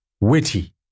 witty